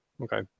Okay